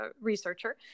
researcher